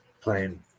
playing